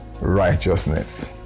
righteousness